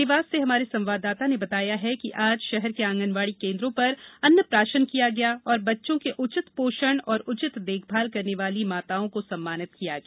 देवास से हमारे संवाददाता ने बताया है कि आज शहर के आंगनबाड़ी केन्द्रों पर अन्नप्राशन किया गया तथा बच्चों के उचित पोषण और उचित देखभाल करने वाली माताओं को सम्मानित किया गया